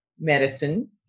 medicine